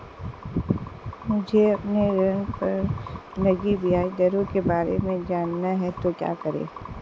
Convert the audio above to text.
मुझे अपने ऋण पर लगी ब्याज दरों के बारे में जानना है तो क्या करें?